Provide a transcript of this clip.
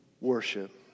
worship